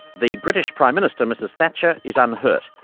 the british prime minister mrs thatcher is unhurt.